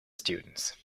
students